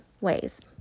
ways